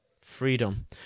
Freedom